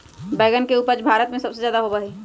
बैंगन के उपज भारत में सबसे ज्यादा होबा हई